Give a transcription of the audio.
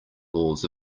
laws